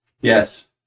Yes